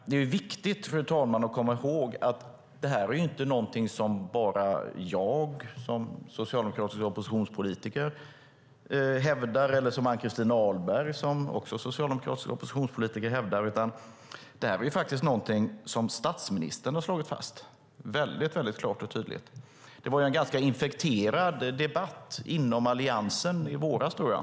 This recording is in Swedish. Det är viktigt att komma ihåg att det inte är någonting som jag eller Ann-Christin Ahlberg som socialdemokratiska oppositionspolitiker hävdar. Detta är faktiskt någonting som statsministern har slagit fast väldigt klart och tydligt. Det var en ganska infekterad debatt inom Alliansen, jag tror det var i våras.